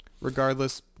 Regardless